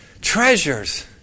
treasures